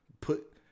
put